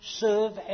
serve